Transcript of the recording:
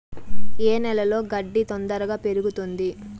ఏ నేలలో గడ్డి తొందరగా పెరుగుతుంది